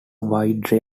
wide